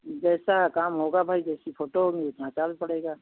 जैसा काम होगा भाई जैसी फोटो होंगी उतना चार्ज पड़ेगा